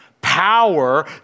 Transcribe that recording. power